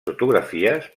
fotografies